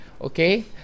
okay